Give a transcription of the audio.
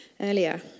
earlier